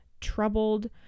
troubled